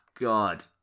God